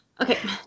Okay